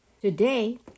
Today